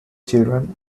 children